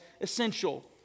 essential